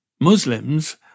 Muslims